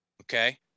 Okay